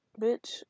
bitch